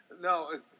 no